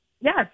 Yes